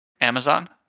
Amazon